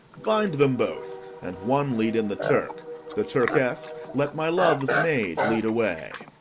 bind them both, and one lead in the turk the turkess let my love's maid lead away,